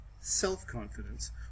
self-confidence